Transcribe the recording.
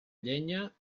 llenya